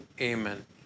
amen